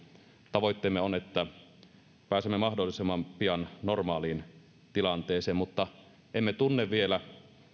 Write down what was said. tavoitteemme on että pääsemme mahdollisimman pian normaaliin tilanteeseen mutta emme tunne vielä